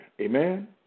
Amen